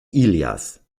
ilias